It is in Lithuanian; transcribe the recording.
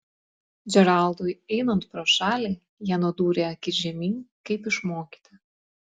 džeraldui einant pro šalį jie nudūrė akis žemyn kaip išmokyti